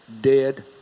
dead